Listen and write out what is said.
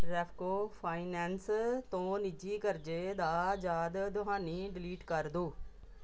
Repco finance ਤੋਂ ਨਿੱਜੀ ਕਰਜ਼ੇ ਦਾ ਯਾਦ ਦਹਾਨੀ ਡਿਲੀਟ ਕਰ ਦਿਓ